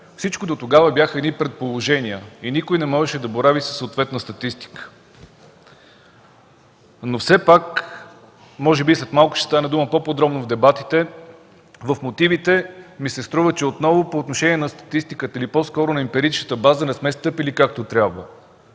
всичко бяха предположения и никой не можеше да борави със съответна статистика. Може би след малко ще стане по-подробно в дебатите, но в мотивите ми се струва, че отново по отношение на статистиката или по скоро на емпиричната база не сме стъпили както трябва.